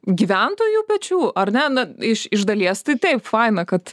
gyventojų pečių ar ne na iš iš dalies tai taip faina kad